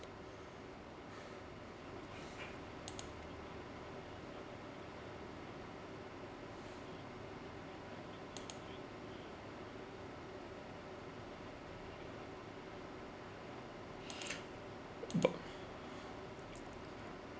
but